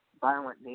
violent